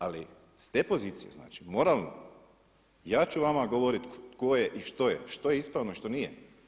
Ali s te pozicije, znači moralne ja ću vama govoriti tko je i što je, što je ispravno a što nije.